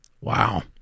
Wow